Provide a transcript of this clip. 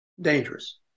dangerous